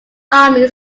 army